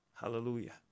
hallelujah